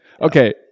Okay